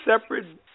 separate